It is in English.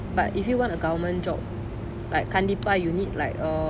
but if you want a government job like கண்டிப்பா:kandipa you need like a